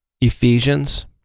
Ephesians